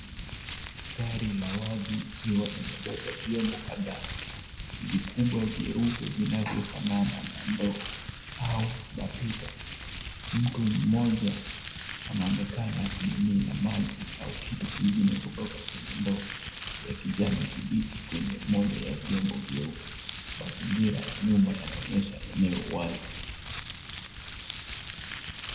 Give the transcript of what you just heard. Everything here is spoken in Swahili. Gari la wazi likiwa limebeba vyombo kadhaa, vikubwa vyeupe vinavyofanana na ndoo au mapipa. Mtu mmoja anaonekana akimimina maji au kitu kingine kutoka kwenye ndoo ya kijani kibichi kwenye moja ya vyombo vyeupe. Mazingira ya nyuma yanaonyesha eneo wazi.